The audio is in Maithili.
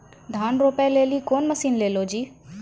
धान रोपे लिली कौन मसीन ले लो जी?